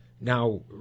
now